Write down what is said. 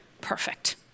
perfect